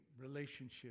relationship